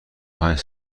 پنج